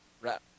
Right